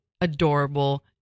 adorable